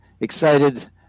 excited